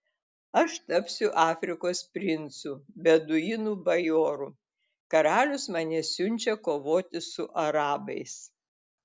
aš tapsiu afrikos princu beduinų bajoru karalius mane siunčia kovoti su arabais